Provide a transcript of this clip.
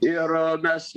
ir mes